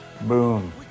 Boom